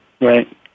Right